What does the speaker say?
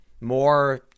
more